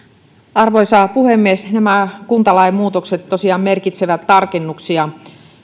arvoisa puhemies nämä kuntalain muutokset tosiaan merkitsevät tarkennuksia